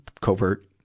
covert